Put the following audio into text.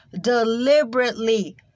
deliberately